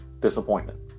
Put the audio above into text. disappointment